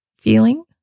feeling